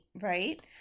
right